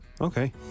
Okay